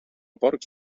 porcs